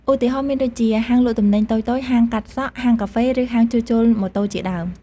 ឧទាហរណ៍មានដូចជា ហាងលក់ទំនិញតូចៗ ហាងកាត់សក់ ហាងកាហ្វេ ឬហាងជួសជុលម៉ូតូជាដើម។